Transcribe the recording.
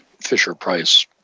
Fisher-Price